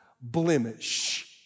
blemish